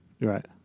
right